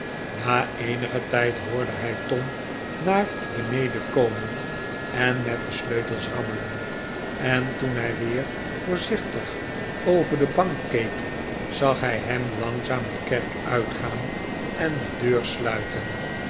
na eenigen tijd hoorde hij tom naar beneden komen en met de sleutels rammelen en toen hij weer voorzichtig over de bank keek zag hij hem langzaam de kerk uitgaan en de deur sluiten